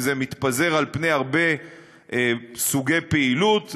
וזה מתפזר על פני הרבה סוגי פעילות.